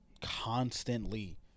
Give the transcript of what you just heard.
Constantly